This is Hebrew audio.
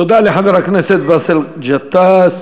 תודה רבה לחבר הכנסת באסל גטאס.